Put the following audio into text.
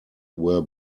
were